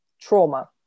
trauma